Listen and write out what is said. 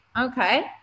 Okay